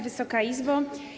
Wysoka Izbo!